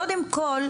קודם כל,